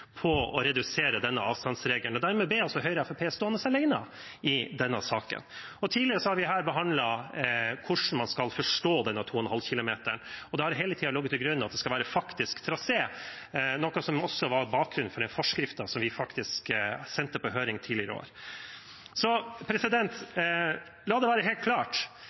å redusere denne avstanden. Dermed ble Høyre og Fremskrittspartiet stående alene i denne saken. Tidligere har vi her behandlet hvordan man skal forstå denne 2,5 km-grensen. Det har hele tiden ligget til grunn at det skal være faktisk trasé, noe som også var bakgrunnen for den forskriften vi sendte på høring tidligere år. La det være helt klart: